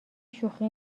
شوخی